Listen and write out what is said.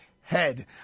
head